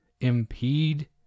impede